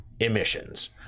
emissions